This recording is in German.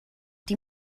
die